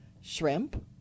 shrimp